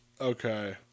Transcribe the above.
Okay